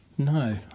No